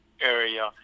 area